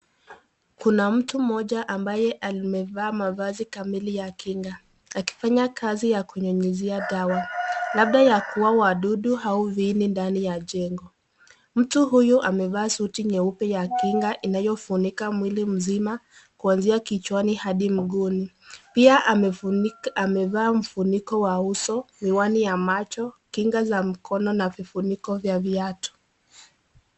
Kuna mtu Mmoja mbaye amevaa mafasi kamili ya kinga, Akifanya kazi ya kunyunyizia dawa labda ya kuuwa wadudu ama viini ya chengo, mtu huyu amevaa suti nyeupe ya kinga inayofunika mwili mzima kuanzia kichwani hadi mguuni, pia amevàa mfuniko wa uso, miwani ya macho, kinga za mikono na vifuniko ya viatu.